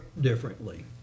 differently